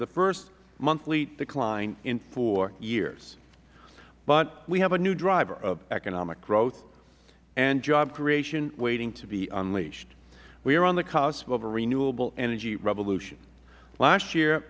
the first monthly decline in four years but we have a new driver of economic growth and job creation waiting to be unleashed we are on the cusp of a renewable energy revolution last year